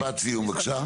משפט סיום בבקשה.